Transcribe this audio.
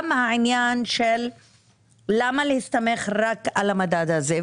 גם העניין של למה להסתמך רק על המדד הזה?